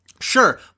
Sure